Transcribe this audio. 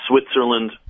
Switzerland